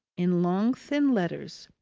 in long thin letters,